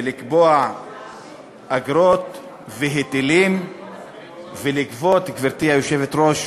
ולקבוע אגרות והיטלים, ולגבות, גברתי היושבת-ראש,